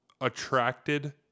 attracted